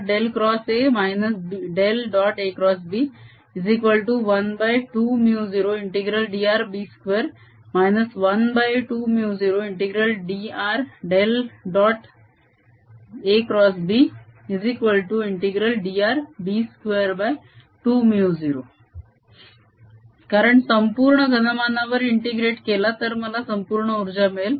ABdr B220 कारण संपूर्ण घनमानावर इंतीग्रेट केला तर मला संपूर्ण उर्जा मिळेल